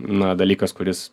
na dalykas kuris